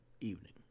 evening